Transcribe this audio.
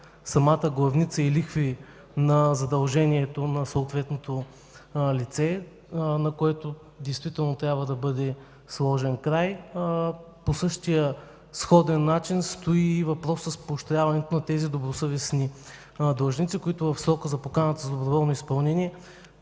самата главница и лихви на задължението на съответното лице. На това действително трябва да бъде сложен край. По същия сходен начин стои въпросът с поощряването на добросъвестните длъжници, които в срока на поканата за доброволно изпълнение